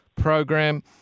Program